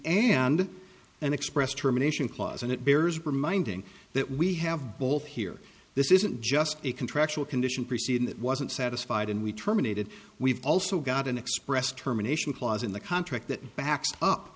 and an express terminations clause and it bears reminding that we have both here this isn't just a contractual condition preceding that wasn't satisfied and we terminated we've also got an expressed terminations clause in the contract that backs up